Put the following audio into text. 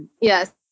Yes